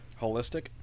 holistic